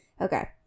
Okay